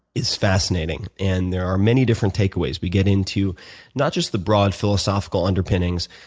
it's fascinating. and there are many different takeaways. we get into not just the broad philosophical underpinnings,